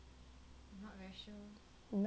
you not very sure ah